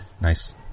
nice